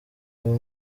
abo